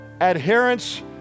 adherence